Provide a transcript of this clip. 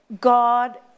God